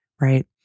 right